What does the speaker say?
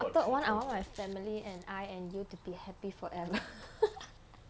the third [one] I want my family and I and you to be happy forever